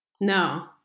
No